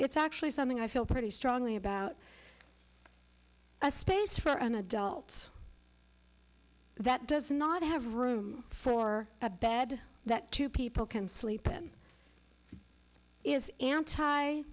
it's actually something i feel pretty strongly about a space for an adult that does not have room for a bad that two people can sleep in is anti